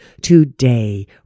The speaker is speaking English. today